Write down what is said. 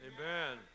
Amen